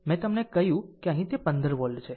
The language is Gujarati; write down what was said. મેં તમને કહ્યું કે અહીં તે 15 વોલ્ટ છે